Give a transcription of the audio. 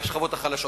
לשכבות החלשות.